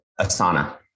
Asana